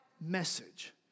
message